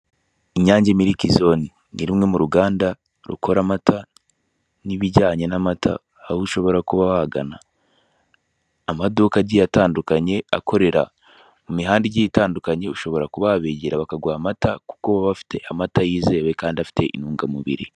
Inyange miriki zone ni rumwe mu ruganda rukora amata n'ibijyanye n'amata, aho ushobora kuba wagana amaduka agiye akorera mu mihanda igiye itandukanye. Ushobora kuba wabegera bakaguha amata kuko baba bafite amata yizewe kandi afite intungamubiri.